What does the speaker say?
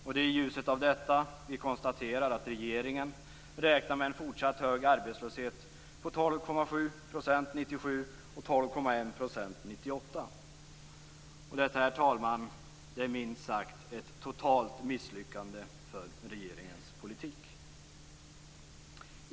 Och det är i ljuset av detta vi konstaterar att regeringen räknar med en fortsatt hög arbetslöshet på 12,7 % år 1997 och 12,1 % år 1998. Detta är, herr talman, minst sagt ett totalt misslyckande för regeringens politik.